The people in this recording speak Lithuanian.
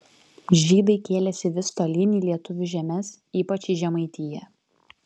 žydai kėlėsi vis tolyn į lietuvių žemes ypač į žemaitiją